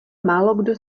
málokdo